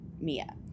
Mia